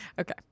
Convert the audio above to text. Okay